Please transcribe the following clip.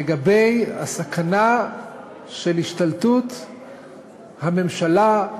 לגבי הסכנה של השתלטות הממשלה,